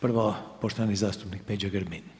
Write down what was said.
Prvo poštovani zastupnik Peđa Grbin.